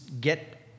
get